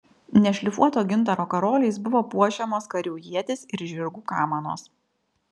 nešlifuoto gintaro karoliais buvo puošiamos karių ietys ir žirgų kamanos